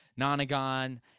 nonagon